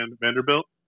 Vanderbilt